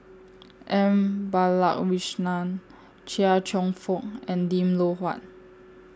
M Balakrishnan Chia Cheong Fook and Lim Loh Huat